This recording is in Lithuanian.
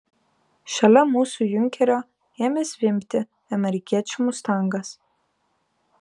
šalia mūsų junkerio ėmė zvimbti amerikiečių mustangas